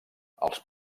els